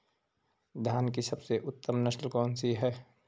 धान की सबसे उत्तम नस्ल कौन सी है?